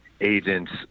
agents